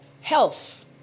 health